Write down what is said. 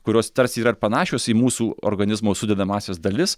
kurios tarsi yra panašios į mūsų organizmo sudedamąsias dalis